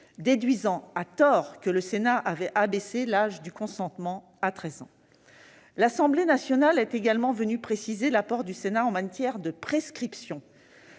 déduisant à tort que le Sénat avait abaissé l'âge du consentement à 13 ans. L'Assemblée nationale a également précisé l'apport du Sénat en matière de prescription.